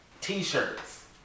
t-shirts